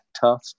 tough